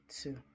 two